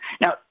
Now